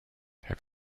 have